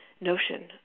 notion